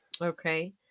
Okay